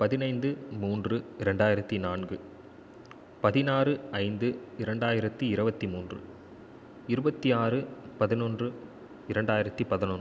பதினைந்து மூன்று ரெண்டாயிரத்து நான்கு பதினாறு ஐந்து இரண்டாயிரத்தி இருபத்தி மூன்று இருபத்தி ஆறு பதினொன்று இரண்டாயிரத்தி பதினொன்று